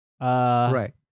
Right